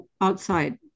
outside